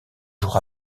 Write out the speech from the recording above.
jours